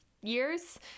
years